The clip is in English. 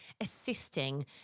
assisting